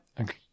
Okay